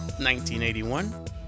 1981